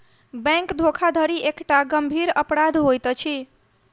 bank धोखाधड़ी एकटा गंभीर अपराध होइत अछि